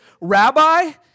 Rabbi